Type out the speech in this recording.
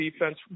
defense